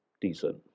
Decent